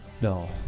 No